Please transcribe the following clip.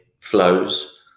flows